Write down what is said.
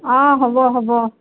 অ হ'ব হ'ব